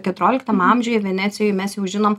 keturioliktam amžiuje venecijoj mes jau žinom